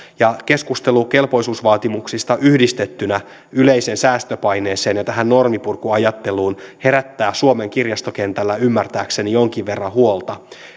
keskustelu kelpoisuusvaatimuksista yhdistettynä yleiseen säästöpaineeseen ja tähän norminpurkuajatteluun herättää suomen kirjastokentällä ymmärtääkseni jonkin verran huolta